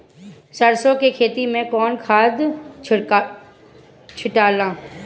सरसो के खेती मे कौन खाद छिटाला?